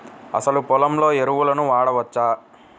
అసలు పొలంలో ఎరువులను వాడవచ్చా?